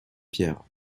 pierre